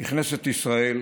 בכנסת ישראל,